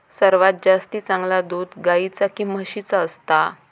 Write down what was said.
सर्वात जास्ती चांगला दूध गाईचा की म्हशीचा असता?